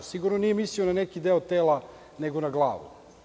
Sigurno nije mislio na neki deo tela, nego na glavu.